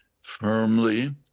firmly